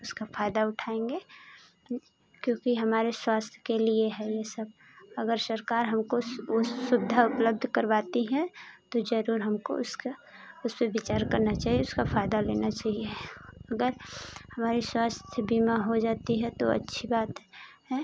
उसका फायदा उठाएंगे क्योंकि हमारे स्वास्थय के लिए है ये सब अगर सरकार हमको ओ सुविधा उपलब्ध करवाती है तो जरूर हमको उसका उस पर विचार करना चाहिए उसका फ़ायदा लेना चाहिए अगर हमारे स्वास्थ बीमा हो जाती है तो अच्छी बात है